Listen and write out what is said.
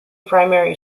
primary